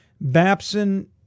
Babson